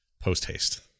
post-haste